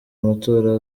amatora